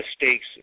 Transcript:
mistakes